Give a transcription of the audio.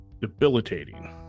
debilitating